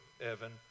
Evan